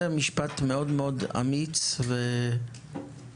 זה משפט אמיץ מאוד ומכונן.